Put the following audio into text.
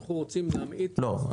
אנחנו רוצים להמעיט --- לא,